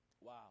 Wow